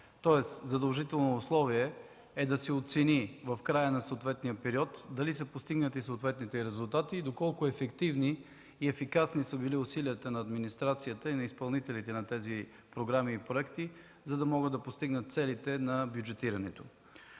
Тоест задължително условие е да се оцени в края на съответния период дали са постигнати съответните резултати, доколко ефективни и ефикасни са били усилията на администрацията и на изпълнителите на тези програми и проекти, за да могат да постигнат целите на бюджетирането.